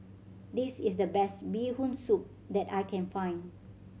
this is the best Bee Hoon Soup that I can find